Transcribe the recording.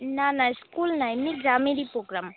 না না স্কুল না এমনই গ্রামেরই পোগ্রাম